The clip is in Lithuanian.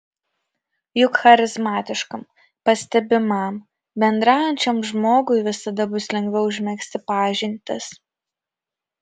juk charizmatiškam pastebimam bendraujančiam žmogui visada bus lengviau užmegzti pažintis